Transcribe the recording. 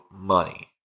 money